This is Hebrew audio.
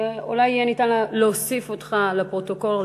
אולי יהיה ניתן להוסיף אותך לפרוטוקול,